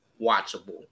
watchable